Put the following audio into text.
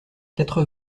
quatre